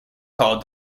called